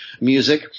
music